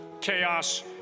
chaos